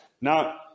Now